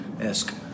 Esque